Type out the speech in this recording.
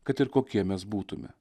kad ir kokie mes būtume